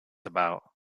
about